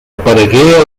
aparegué